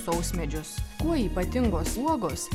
sausmedžius kuo ypatingos uogos